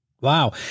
Wow